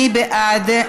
מי בעד?